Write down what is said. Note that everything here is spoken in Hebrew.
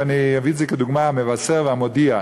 ואני אביא דוגמה מ"המבשר" ו"המודיע":